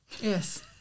yes